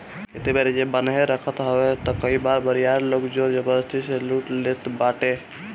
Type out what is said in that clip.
खेत बारी जे बान्हे रखत हवे तअ कई हाली बरियार लोग जोर जबरजस्ती से लूट लेट बाटे